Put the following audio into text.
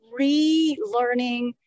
relearning